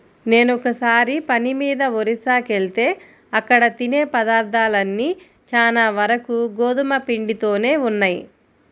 నేనొకసారి పని మీద ఒరిస్సాకెళ్తే అక్కడ తినే పదార్థాలన్నీ చానా వరకు గోధుమ పిండితోనే ఉన్నయ్